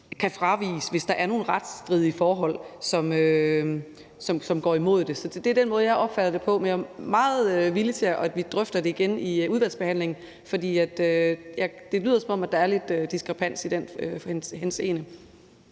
kan fraviges, hvis der er nogle retsstridige forhold, som går imod det. Det er den måde, jeg opfatter det på, men jeg er meget villig til, at vi drøfter det igen i udvalgsbehandlingen, for det lyder, som om der er lidt diskrepans i den henseende.